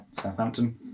Southampton